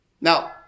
Now